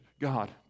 God